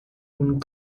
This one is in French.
une